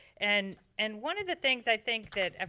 and and one of the things i think that,